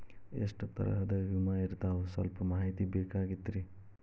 ಎಷ್ಟ ತರಹದ ವಿಮಾ ಇರ್ತಾವ ಸಲ್ಪ ಮಾಹಿತಿ ಬೇಕಾಗಿತ್ರಿ